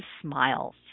smiles